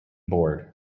board